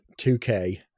2k